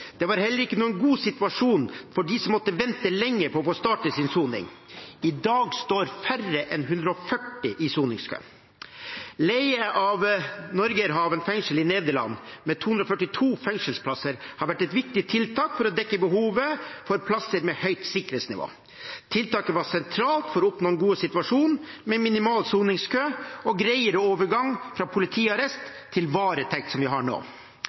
Det var heller ikke noen god situasjon for dem som måtte vente lenge på å starte sin soning. I dag står færre enn 140 i soningskø. Leie av Norgerhaven fengsel i Nederland, med 242 fengselsplasser, har vært et viktig tiltak for å dekke behovet for plasser med høyt sikkerhetsnivå. Tiltaket var sentralt for å oppnå en god situasjon med minimal soningskø og en greiere overgang fra politiarrest til varetekt, som vi har nå.